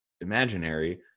imaginary